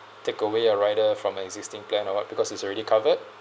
take away a rider from existing plan or what because it's already covered